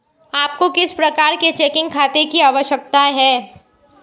आपको किस प्रकार के चेकिंग खाते की आवश्यकता है?